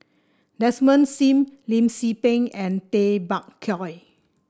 Desmond Sim Lim Tze Peng and Tay Bak Koi